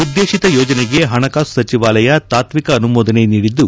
ಉದ್ದೇಶಿತ ಯೋಜನೆಗೆ ಹಣಕಾಸು ಸಚವಾಲಯ ತಾತ್ವಿಕ ಅನುಮೋದನೆ ನೀಡಿದ್ದು